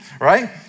right